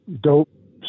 dope